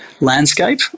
landscape